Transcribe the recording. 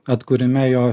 atkūrime jo